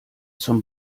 zum